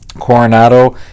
Coronado